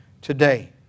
today